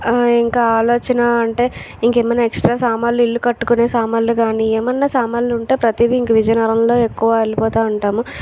ఇంకా ఆలోచన అంటే ఇంకేమైనా ఎక్స్ట్రా సామాన్లు ఇల్లు కట్టుకునే సామాన్లు కానీ ఏమన్నా సామాన్లు ఉంటే ప్రతిదీ ఇంకా విజయనగరంలో ఎక్కువ వెళ్ళిపోతూ ఉంటాము